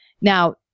Now